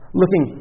looking